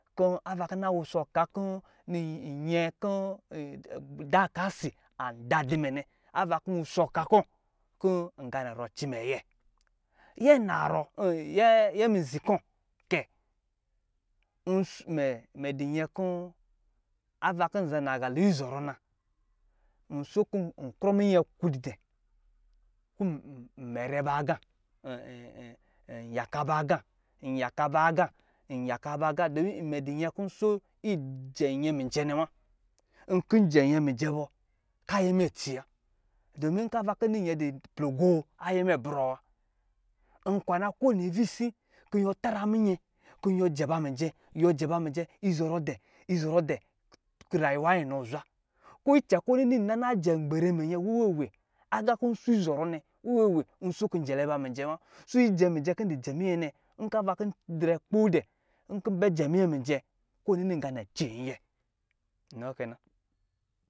Kɔ ava kɔ nnawusɔ ɔka dakasi diminɛ ava kɔ nwusɔ ka kɔ ka zɔrɔ u mɛ ayɛ nyɛ mizi kɔ kɛ mɛ du nyɛ kɔ ava kɔ mɛ za laya lo izɔrɔ na nkrɔ minyɛ kɔ dɛ kɔ nmɛrɛ ba aga nyaka ba aga domi mɛ dɔ nyɛ kɔ nso kɔ njɛ nyɛ mijɛ nɛ wa nkɔ njɛ nyɛ mijɛ bɔ ka aƴɛ mɛ aci wa nkɔ nini nyɛ du plogo ayɛ mɛ brɔ wa, nkwana kowincuisi kɔ nyuwɔ tara minyɛ kɔ njɛ ba mijɛ wa yuwɔ jɛba mijɛ izɔ ɔ didɛ zɔrɔ didɛ kɔ rayuwa yi nɔ zwa ko icɛ kɔ nna jɛ nmal re minyɛ wewe we aga kɔ nzɔrɔ nɛ nso kɔ njɛ ba mijɛ wa so isɛ mijɛ kɔ ndujɛ miyɛ nɛ nkɔ ava kɔ ndidrɛ kpo dɛ nkɔ njɛ miyɛ mijɛ kɔ ɔni ni nganɛ cinyɛ